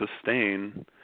sustain